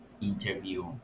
interview